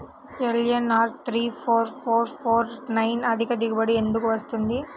LNR three four four four nine అధిక దిగుబడి ఎందుకు వస్తుంది?